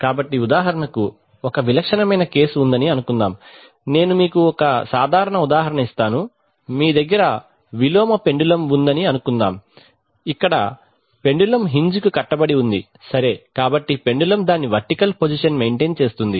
కాబట్టి ఉదాహరణకు ఒక విలక్షణమైన కేసు ఉందని అనుకుందాం నేను మీకు ఒక సాధారణ ఉదాహరణ ఇస్తాను మీ దగ్గర విలోమ పెండ్యూలమ్ ఉందని అనుకుందాం ఇక్కడ పెండులమ్ హింజ్ కు కట్టబడి ఉంది సరే కాబట్టి పెండులమ్ దాని వెర్టికల్ పొజిషన్ మెయింటైన్ చేస్తుంది